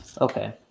Okay